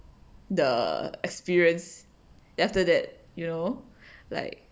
the experience then after that you know like